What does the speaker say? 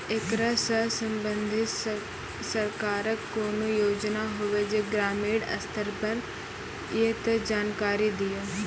ऐकरा सऽ संबंधित सरकारक कूनू योजना होवे जे ग्रामीण स्तर पर ये तऽ जानकारी दियो?